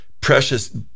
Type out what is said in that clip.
precious